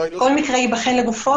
כל מקרה ייבחן לגופו,